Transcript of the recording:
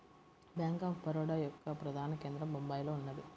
bank of Baroda యొక్క ప్రధాన కేంద్రం బొంబాయిలో ఉన్నది